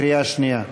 בקריאה שנייה,